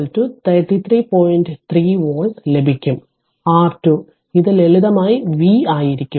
3 volt ലഭിക്കും R2 ഇത് ലളിതമായി V ആയിരിക്കും